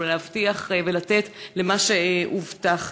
או להבטיח ולתת מה שהובטח.